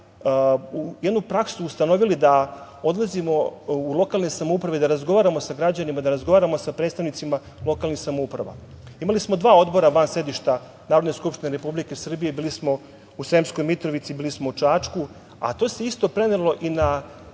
jednu praksu ustanovili da odlazimo u lokalne samouprave, da razgovaramo sa građanima, da razgovaramo sa predstavnicima lokalnih samouprava. Imali smo dva odbora van sedišta Narodne skupštine Republike Srbije i bili smo u Sremskoj Mitrovici, bili smo u Čačku, a to se isto prenelo i na